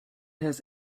has